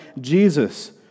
Jesus